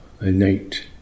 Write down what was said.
innate